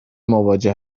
مواجه